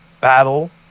battle